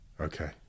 okay